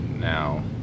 now